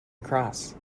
across